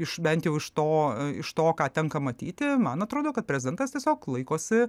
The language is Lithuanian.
iš bent iš to iš to ką tenka matyti man atrodo kad prezidentas tiesiog laikosi